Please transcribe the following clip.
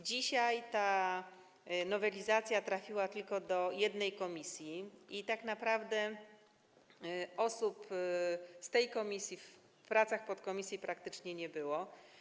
Dzisiaj ta nowelizacja trafiła tylko do jednej komisji i tak naprawdę osoby z tej komisji w pracach podkomisji praktycznie nie uczestniczyły.